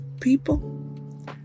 people